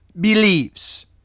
believes